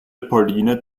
pauline